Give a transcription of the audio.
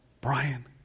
Brian